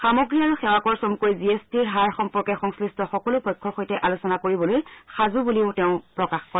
সামগ্ৰী আৰু সেৱাকৰ চমুকৈ জি এছ টিৰ হাৰ সম্পৰ্কে সংশ্লিষ্ট সকলো পক্ষৰ সৈতে আলোচনা কৰিবলৈ সাজু বুলিও তেওঁ প্ৰকাশ কৰে